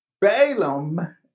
Balaam